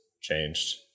changed